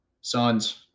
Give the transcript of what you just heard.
Sons